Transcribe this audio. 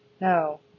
No